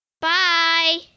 Bye